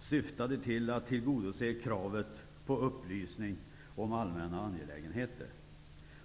syftade till att tillgodose kravet på upplysning om allmänna angelägenheter.